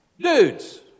dudes